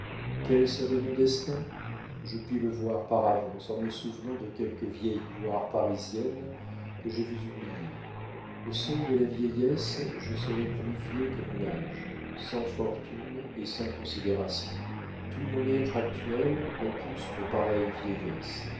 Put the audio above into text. quel serait mon destin je puis le voir par avance en me souvenant de quelques vieilles gloires parisiennes que j'ai vues oubliées au seuil de la vieillesse je serai plus vieux que mon âge sans fortune et sans considération tout mon être actuel repousse une pareille vieillesse